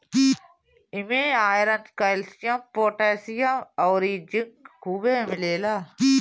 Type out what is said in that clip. इमे iron, calcium, potassium अउरी zinc खुबे मिलेला